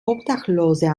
obdachlose